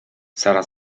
sara